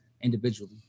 individually